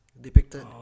depicted